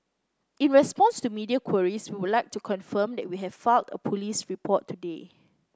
in response to media queries we would like to confirm that we have filed a police report today